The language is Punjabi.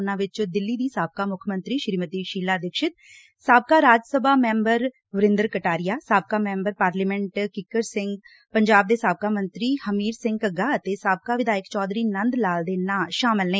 ਉਨਾ ਵਿਚ ਦਿਲੀ ਦੀ ਸਾਬਕਾ ਮੱਖ ਮੰਤਰੀ ਸੀਮਤੀ ਸ਼ੀਲਾ ਦੀਕਸ਼ਤ ਸਾਬਕਾ ਰਾਜ ਸਭਾ ਮੈਂਬਰ ਵਰਿਦਰ ਕਟਾਰੀਆ ਸਾਬਕਾ ਮੈਂਬਰ ਪਾਰਲੀਮੈਂਟ ਕਿੱਕਰ ਸਿਘ ਪੰਜਾਬ ਦੇ ਸਾਬਕਾ ਮੰਤਰੀ ਹਮੀਰ ਸਿਘ ਘੱਗਾ ਅਤੇ ਸਾਬਕਾ ਵਿਧਾਇਕ ਚੌਧਰੀ ਨੰਦ ਲਾਲ ਦੇ ਨਾਂ ਸ਼ਾਮਲ ਨੇ